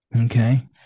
Okay